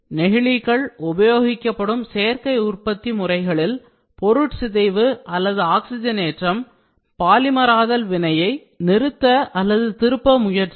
நெகிழிகள் உபயோகிக்கப்படும் சேர்க்கை உற்பத்தி முறைகளில் பொருட் சிதைவு அல்லது ஆக்சிஜனேற்றம் பாலிமராதல் வினையை நிறுத்த அல்லது திருப்ப முயற்சிக்கும்